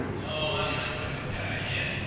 oh, i'm not goin' t' die yit!